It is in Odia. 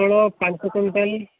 ପୋଟଳ ପାଞ୍ଚ କ୍ୱିଣ୍ଟାଲ